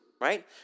right